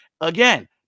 Again